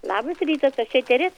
labas rytas aš etery